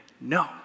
no